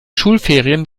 schulferien